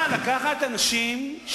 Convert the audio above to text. שני שרי אוצר לשעבר נמצאים בתוך הממשלה.